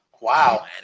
Wow